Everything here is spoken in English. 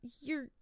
you're-